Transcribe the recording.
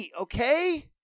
okay